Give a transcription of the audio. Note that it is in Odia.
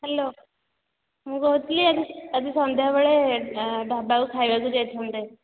ହ୍ୟାଲୋ ମୁଁ କହୁଥିଲି ଆଜି ଆଜି ସନ୍ଧ୍ୟାବେଳେ ଢ଼ାବାକୁ ଖାଇବାକୁ ଯାଇଥାନ୍ତେ